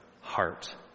heart